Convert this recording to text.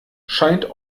scheint